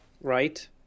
right